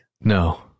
No